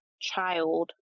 child